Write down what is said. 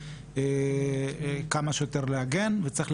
אני כן מסכים עם מה שנראה לי שאמרת,